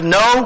no